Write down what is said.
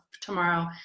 tomorrow